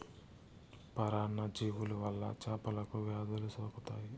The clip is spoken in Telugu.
పరాన్న జీవుల వల్ల చేపలకు వ్యాధులు సోకుతాయి